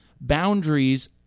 boundaries